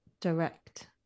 direct